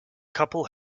couple